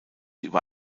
über